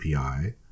API